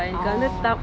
ah